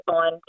on